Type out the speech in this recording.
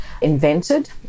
invented